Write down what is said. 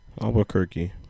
Albuquerque